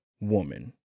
woman